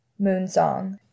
Moonsong